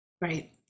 right